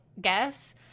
guess